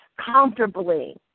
comfortably